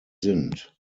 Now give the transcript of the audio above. sind